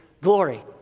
glory